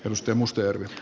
rustem mustajärvi